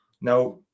Now